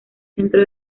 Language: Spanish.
centro